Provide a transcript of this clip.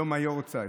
יום היארצייט.